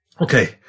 okay